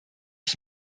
ich